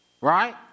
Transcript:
Right